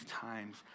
times